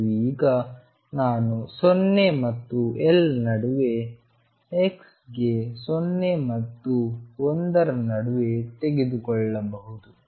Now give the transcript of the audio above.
ಮತ್ತು ಈಗ ನಾನು 0 ಮತ್ತು L ನಡುವೆ x ಗೆ 0 ಮತ್ತು 1 ರ ನಡುವೆ y ತೆಗೆದುಕೊಳ್ಳಬಹುದು